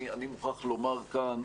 אני מוכרח לומר כאן,